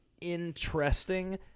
interesting